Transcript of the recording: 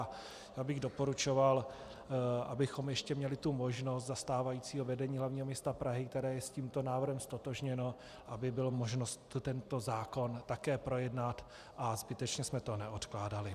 Já bych doporučoval, abychom ještě měli možnost za stávajícího vedení hlavního města Prahy, které je s tímto návrhem ztotožněno, aby byla možnost tento zákon také projednat a zbytečně jsme to neodkládali.